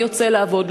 מי יוצא לעבוד,